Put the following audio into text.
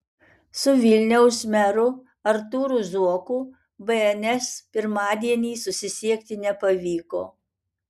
su vilniaus meru artūru zuoku bns pirmadienį susisiekti nepavyko